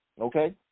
Okay